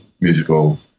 musical